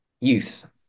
youth